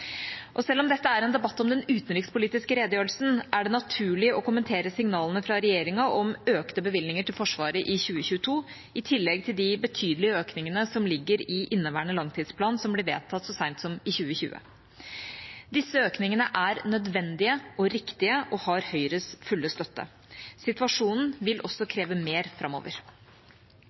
Selv om dette er en debatt om den utenrikspolitiske redegjørelsen, er det naturlig å kommentere signalene fra regjeringa om økte bevilgninger til Forsvaret i 2022, i tillegg til de betydelige økningene som ligger i inneværende langtidsplan, som ble vedtatt så sent som i 2020. Disse økningene er nødvendige og riktige og har Høyres fulle støtte. Situasjonen vil også kreve mer framover.